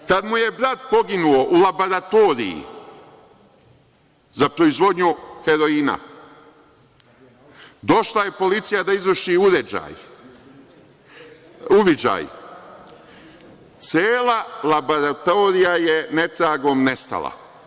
Kada mu je brat poginuo u laboratoriji za proizvodnju heroina, došla je policija da izvrši uviđaj i cela laboratorija je netragom nestala.